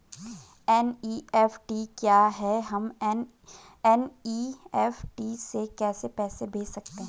NEFT क्या है हम एन.ई.एफ.टी से कैसे पैसे भेज सकते हैं?